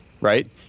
right